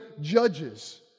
judges